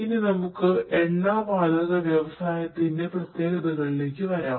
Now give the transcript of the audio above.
ഇനി നമുക്ക് എണ്ണ വാതക വ്യവസായത്തിന്റെ പ്രത്യേകതകളിലേക്ക് വരാം